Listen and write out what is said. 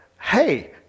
Hey